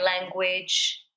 language